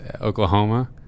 Oklahoma